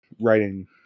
writing